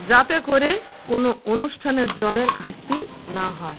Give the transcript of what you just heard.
যাতে করে কোনো অনুষ্ঠানে জলের ঘাটতি না হয়